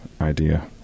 idea